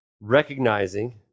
recognizing